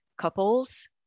couples